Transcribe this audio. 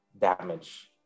damage